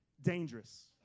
dangerous